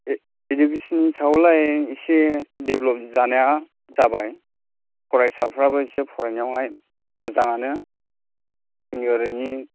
इडुकेसननि सायावलाय एसे डेभेलप जानाया जाबाय फरायसाफ्राबो एसे फरायनायावहाय मोजाङानो जोंनि ओरैनि